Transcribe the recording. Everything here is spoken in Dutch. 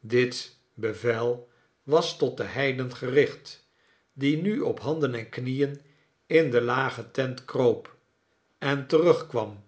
dit bevel was tot den heiden gericht die nu op handen en knieen in de lage tent kroop en terugkwam